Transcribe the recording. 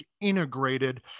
integrated